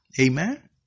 Amen